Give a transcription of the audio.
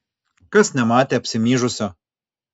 kas nematė apsimyžusio